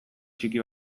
txiki